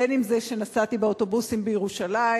בין אם זה שנסעתי באוטובוסים בירושלים,